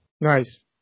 Nice